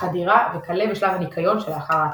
חדירה וכלה בשלב ה"ניקיון" שלאחר ההתקפה.